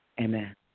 Amen